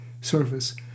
service